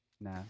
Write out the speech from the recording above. no